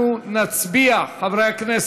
אנחנו נצביע, חברי הכנסת,